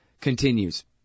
continues